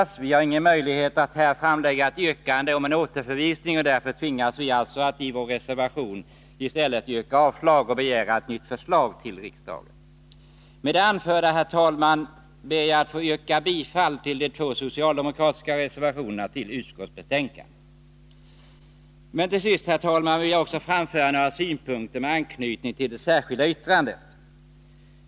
Vi har emellertid ingen möjlighet att här lägga fram ett yrkande om återförvisning, och därför tvingas vi att ien reservation yrka avslag på propositionen och begära ett nytt förslag till riksdagen. Med det anförda, herr talman, ber jag att få yrka bifall till de två socialdemokratiska reservationer som fogats till utskottsbetänkandet. Till sist, herr talman, vill jag framföra några synpunkter med anknytning till vårt särskilda yttrande.